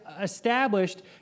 established